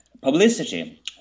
Publicity